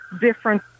different